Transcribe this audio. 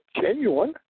genuine